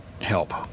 help